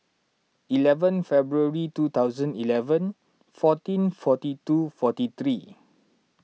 eleven February two thousand eleven fourteen forty two forty three